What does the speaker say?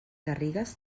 garrigues